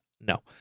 No